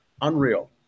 Unreal